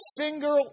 single